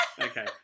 okay